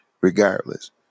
regardless